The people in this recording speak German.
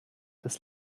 des